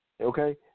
okay